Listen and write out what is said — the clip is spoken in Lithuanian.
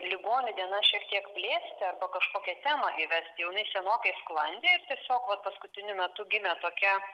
ligonių dienas šiek tiek plėsti arba kažkokią temą įvesti jau senokai sklandė tiesiog vat paskutiniu metu gimė tokia